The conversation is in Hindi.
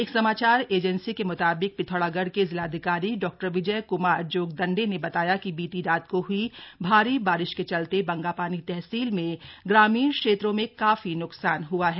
एक समाचार एजेंसी के म्ताबिक पिथौरागढ़ के जिलाधिकारी डा विजय क्मार जोगदंडे ने बताया कि बीती रात को हुई भारी बारिश के चलते बंगापानी तहसील में ग्रामीण क्षेत्रों में काफी न्कसान हुआ है